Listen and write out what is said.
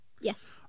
Yes